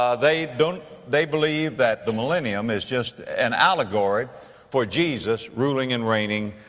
they don't, they believe that the millennium is just an allegory for jesus ruling and reigning,